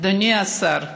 אדוני השר,